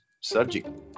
subject